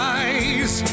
eyes